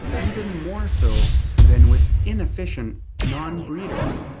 even more so than with inefficient non-breeders.